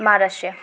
Maharashtra